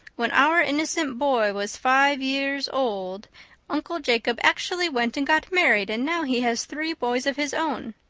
when our innocent boy was five years old uncle jacob actually went and got married and now he has three boys of his own.